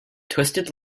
twisted